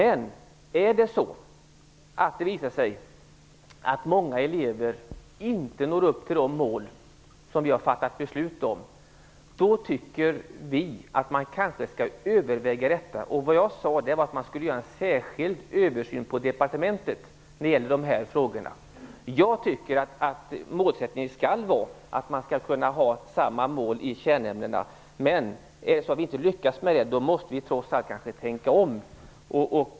Visar det sig att många elever inte når de mål vi har fattat beslut om då tycker vi att man måste överväga detta. Vad jag sade var att man borde göra en särskild översyn på departementet när det gäller dessa frågor. Jag tycker att målsättningen skall vara att man skall kunna ha samma mål i kärnämnena. Men om vi inte lyckas med det måste vi trots allt tänka om.